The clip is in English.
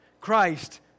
Christ